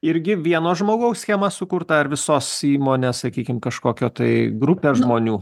irgi vieno žmogaus schema sukurta ar visos įmonės sakykim kažkokia tai grupė žmonių